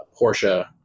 Porsche